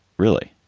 really?